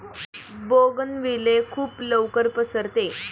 bougainvillea खूप लवकर पसरते